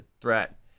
threat